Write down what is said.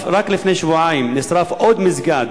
רק לפני שבועיים נשרף עוד מסגד